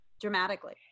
Dramatically